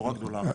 לא רק דולרים,